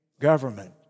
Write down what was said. government